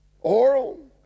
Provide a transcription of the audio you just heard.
Oral